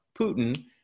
Putin